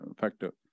factor